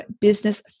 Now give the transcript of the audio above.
business